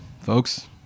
folks